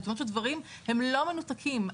הדברים לא מנותקים.